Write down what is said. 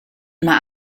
mae